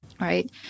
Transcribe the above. Right